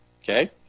Okay